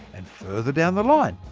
and further down the line,